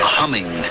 humming